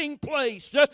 place